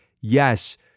yes